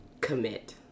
commit